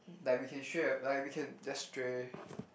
like we can str~ like we can just stray